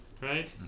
right